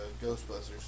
Ghostbusters